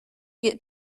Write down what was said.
get